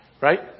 Right